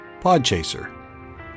Podchaser